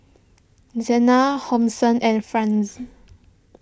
Zena Hobson and Franz